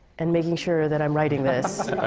and making sure that i'm writing this,